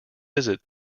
visit